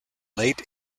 late